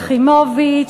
יחימוביץ,